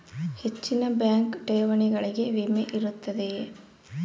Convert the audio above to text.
ಹೆಚ್ಚಿನ ಬ್ಯಾಂಕ್ ಠೇವಣಿಗಳಿಗೆ ವಿಮೆ ಇರುತ್ತದೆಯೆ?